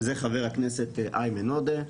זה חבר הכנסת איימן עודה.